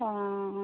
অঁ